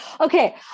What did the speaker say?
okay